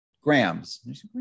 grams